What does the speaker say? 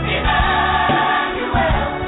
Emmanuel